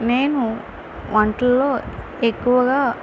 నేను వంటల్లో ఎక్కువగా